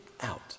out